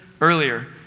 earlier